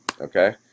okay